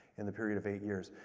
in the period of eight years,